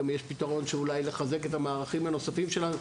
יש גם פתרון אולי לחזק את המערכים הנוספים שלנו,